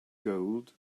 gold